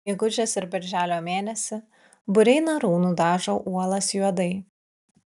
gegužės ir birželio mėnesį būriai narų nudažo uolas juodai